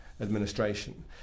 administration